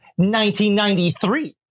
1993